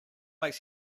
makes